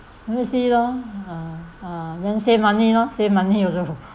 let me see lor uh uh then save money lor save money also